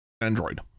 Android